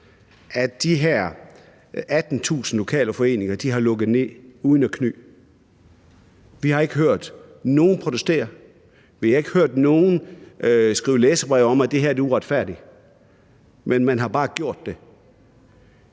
at de her 18.000 lokale foreninger har lukket ned uden at kny. Vi har ikke hørt nogen protestere. Vi har ikke hørt nogen skrive læserbreve om, at det her er uretfærdigt. Man har bare gjort det.